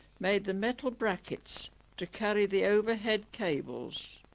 made the metal brackets to carry the overhead cables